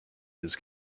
his